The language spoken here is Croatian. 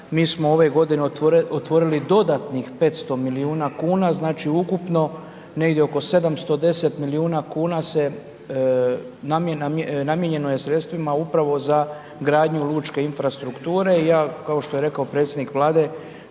mi smo ove godine otvorili dodatnih 500 milijuna kuna, znači ukupno negdje oko 710 milijuna kuna namijenjeno je sredstva upravo za gradnju lučke infrastrukture i ja kao što je rekao predsjednik Vlade,